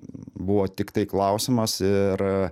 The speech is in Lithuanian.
buvo tiktai klausimas ir